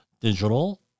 digital